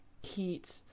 heat